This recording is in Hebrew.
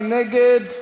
מי נגד?